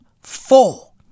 Four